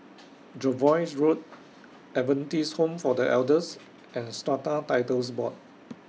Jervois Road Adventist Home For The Elders and Strata Titles Board